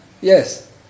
Yes